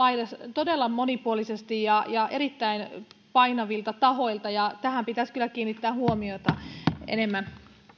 todella monipuolisesti ja ja erittäin painavilta tahoilta ja tähän pitäisi kyllä kiinnittää huomiota enemmän